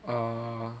oh